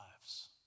lives